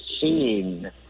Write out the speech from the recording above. scene